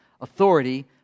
authority